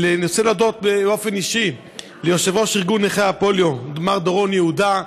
אני רוצה להודות באופן אישי ליושב-ראש ארגון נכי הפוליו מר דורון יהודה,